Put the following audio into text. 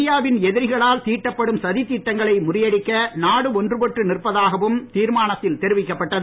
இந்தியாவின் எதிரிகளால் தீட்டப்படும் சதி திட்டங்களை முறியடிக்க நாடு ஒன்றுபட்டு நிற்பதாகவும் தீர்மானத்தில் தெரிவிக்கப்பட்டது